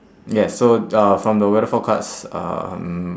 yes so uh from the weather forecast um